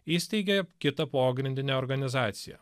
įsteigė kitą pogrindinę organizaciją